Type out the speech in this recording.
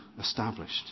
established